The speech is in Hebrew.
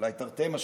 אולי תרתי משמע,